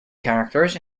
characters